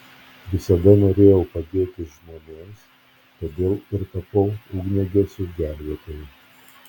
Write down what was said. visada norėjau padėti žmonėms todėl ir tapau ugniagesiu gelbėtoju